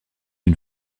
une